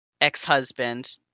ex-husband